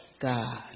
God